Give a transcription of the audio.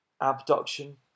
abduction